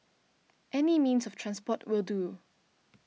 any means of transport will do